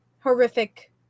horrific